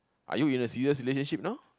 are you in a serious relationship now